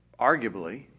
arguably